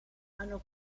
hanno